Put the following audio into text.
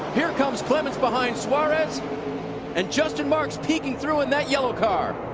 here comes clements behind suarez and justin marks peeking through with that yellow car.